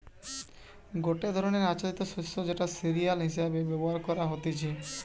গটে ধরণের আচ্ছাদিত শস্য যেটা সিরিয়াল হিসেবে ব্যবহার করা হতিছে